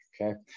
Okay